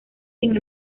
sin